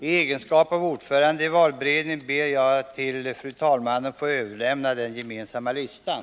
I egenskap av ordförande i valberedningen ber jag att till fru talmannen få överlämna den gemensamma listan.